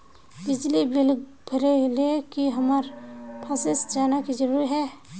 बिजली बिल भरे ले की हम्मर ऑफिस जाना है जरूरी है?